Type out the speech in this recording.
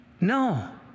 No